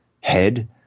head